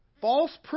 False